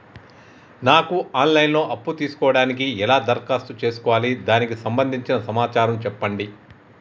నాకు online లో అప్పు తీసుకోవడానికి ఎలా దరఖాస్తు చేసుకోవాలి దానికి సంబంధించిన సమాచారం చెప్పండి?